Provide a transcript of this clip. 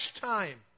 time